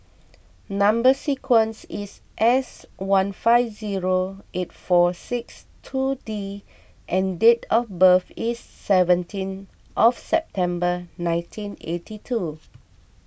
Number Sequence is S one five zero eight four six two D and date of birth is seventeen of September nineteen eighty two